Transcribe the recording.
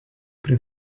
prie